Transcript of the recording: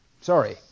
Sorry